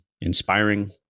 inspiring